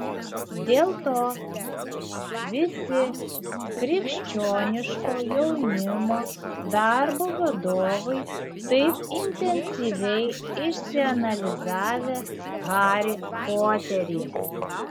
dėl to visi krikščioniško jaunimo darbo vadovai taip intensyviai išsianalizavę harį poterį